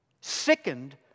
Sickened